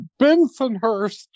Bensonhurst